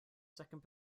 second